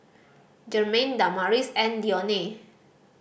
Jermain Damaris and Dionne